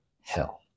hell